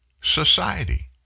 society